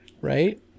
right